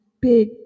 big